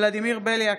ולדימיר בליאק,